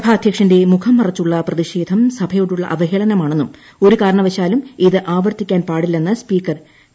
സഭാധ്യക്ഷന്റെ മുഖം ്മറ്ച്ചുളള പ്രതിഷേധം സഭയോടുളള അവഹേളനമാണ്ണെന്നും ഒരു കാരണവശാലും ഇത് ആവർത്തിക്കാൻ പാടില്ലെന്ന് സ്പീക്കർ പി